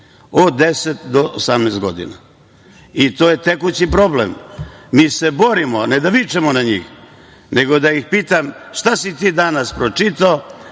Od 10 do 18 godina i to je tekući problem. Mi se borimo, ne da vičemo na njih, nego da ih pitam – šta si ti danas pročitao?